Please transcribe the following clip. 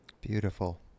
Beautiful